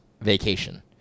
vacation